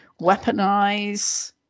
weaponize